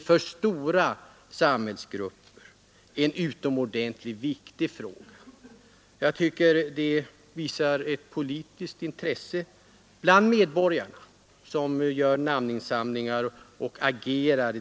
För stora grupper är den fråga som vi nu behandlar utomordentligt viktig, och jag tycker att det tyder på ett starkt politiskt intresse för frågan att man bland allmänheten företar namninsamlingar o. d.